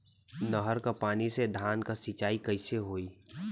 नहर क पानी से धान क सिंचाई कईसे होई?